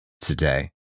today